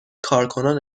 کارکنان